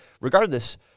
Regardless